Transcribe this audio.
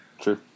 True